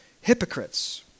hypocrites